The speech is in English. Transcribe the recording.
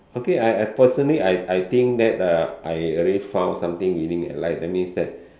okay I I personally I I think that uh I already found something winning in life that means that